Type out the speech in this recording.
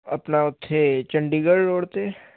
ਆਪਣਾ ਉੱਥੇ ਚੰਡੀਗੜ੍ਹ ਰੋਡ 'ਤੇ